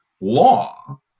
law